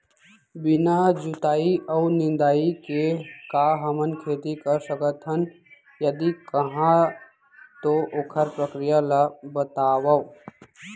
बिना जुताई अऊ निंदाई के का हमन खेती कर सकथन, यदि कहाँ तो ओखर प्रक्रिया ला बतावव?